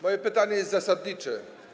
Moje pytanie jest zasadnicze.